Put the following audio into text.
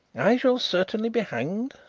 i shall certainly be hanged,